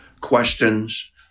questions